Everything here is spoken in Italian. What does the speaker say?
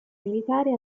militare